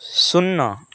ଶୂନ